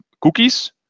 Cookies